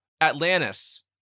Atlantis